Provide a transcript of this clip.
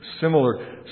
similar